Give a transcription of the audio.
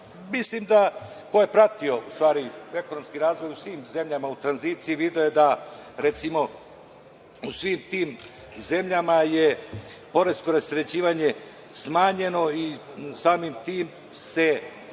da ko je pratio ekonomski razvoj u svim zemljama u tranziciji video je da, recimo, u svim tim zemljama je poresko rasterećivanje smanjeno i samim tim se